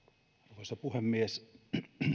arvoisa puhemies